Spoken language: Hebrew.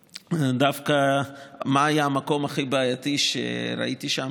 ודווקא מה היה המקום הכי בעייתי שראיתי שם?